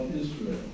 Israel